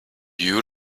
you